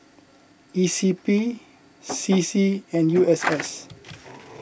E C P C C and U S S